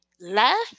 left